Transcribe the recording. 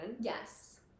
Yes